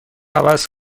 عوض